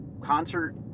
concert